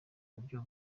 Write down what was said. buryo